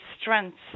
strengths